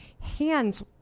hands